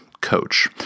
coach